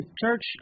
church